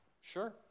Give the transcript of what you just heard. Sure